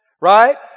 right